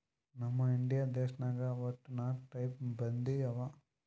ನಮ್ ಇಂಡಿಯಾ ದೇಶನಾಗ್ ವಟ್ಟ ನಾಕ್ ಟೈಪ್ ಬಂದಿ ಅವಾ